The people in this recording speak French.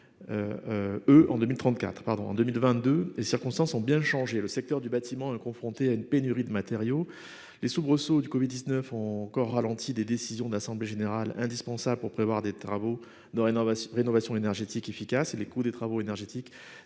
E en 2034. En 2022, les circonstances ont bien changé : le secteur du bâtiment est confronté à une pénurie de matériaux, les soubresauts du covid-19 ont encore ralenti des décisions d'assemblée générale indispensables pour prévoir des travaux de rénovation énergétique efficaces, et le coût des travaux énergétiques,